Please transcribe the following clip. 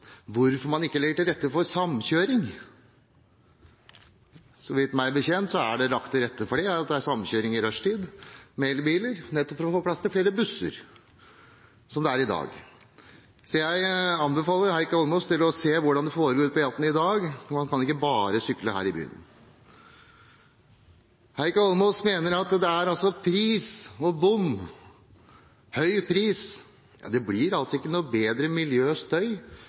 hvorfor man ikke legger til rette for samkjøring. Meg bekjent er det i dag lagt til rette for samkjøring i rushtid med elbiler nettopp for å få plass til flere busser. Så jeg anbefaler representanten Heikki Eidsvoll Holmås å se hvordan det foregår ute på E18 i dag – man kan ikke bare sykle her i byen. Representanten Heikki Eidsvoll Holmås mener at det dreier seg om pris og bom – høy pris – men det blir altså ikke noe bedre miljø og mindre støy